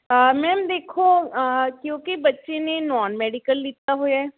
ma'am ਦੇਖੋ ਕਿਉਂਕਿ ਬੱਚੇ ਨੇ ਨੋਨ ਮੈਡੀਕਲ ਲਿਤਾ ਹੋਇਆ